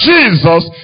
Jesus